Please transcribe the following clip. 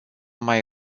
mai